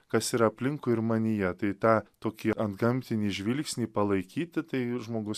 kas yra aplinkui ir manyje tai tą tokį antgamtinį žvilgsnį palaikyti tai ir žmogus